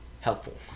helpful